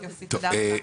יופי, תודה רבה.